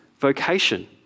vocation